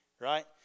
right